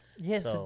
Yes